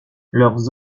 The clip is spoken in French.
leurs